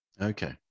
Okay